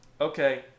Okay